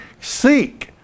seek